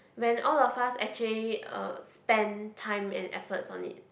when all of us actually um spend time and efforts on it